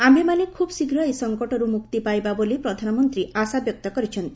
ଆୟେମାନେ ଖୁବ୍ଶୀଘ୍ର ଏହି ସଙ୍କଟରୁ ମୁକ୍ତି ପାଇବା ବୋଲି ପ୍ରଧାନମନ୍ତ୍ରୀ ଆଶାବ୍ୟକ୍ତ କରିଛନ୍ତି